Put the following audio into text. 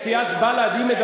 סיעת בל"ד כנראה אתה מתגעגע,